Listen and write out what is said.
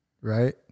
right